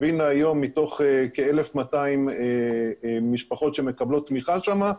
והנה היום מתוך כ-1,200 משפחות שמקבלות תמיכה שמה,